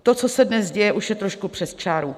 To, co se dnes děje, už je trošku přes čáru.